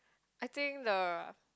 I think the